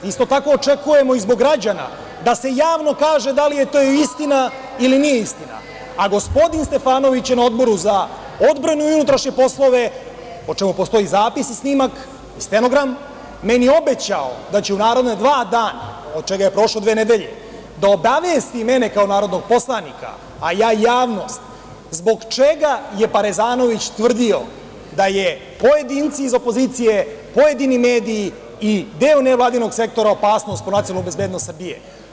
Isto tako, očekujemo zbog građana da se javno kaže da li je to istina ili nije istina, a gospodin Stefanovića je na Odboru za odbranu i unutrašnje poslove, o čemu postoji zapis, snimak, stenogram, meni obećao da će u naredna dva dana, od čega je prošlo dve nedelje, da obavesti mene kao narodnog poslanika, a ja javnost, zbog čega je Parezanović tvrdio da su pojedinci iz opozicije, pojedini mediji i deo nevladinog sektora opasnost po nacionalnu bezbednost Srbije.